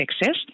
access